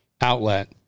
outlet